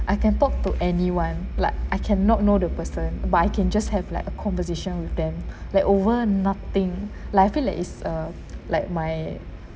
I can talk to anyone like I can not know the person but I can just have like a conversation with them like over nothing like I feel like is a like my